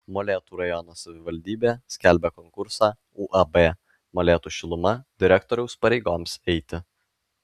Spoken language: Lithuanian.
molėtų rajono savivaldybė skelbia konkursą uab molėtų šiluma direktoriaus pareigoms eiti